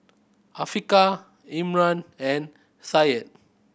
Afiqah Imran and Syed